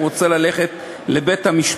הוא רוצה ללכת לבית-המשפט.